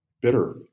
bitter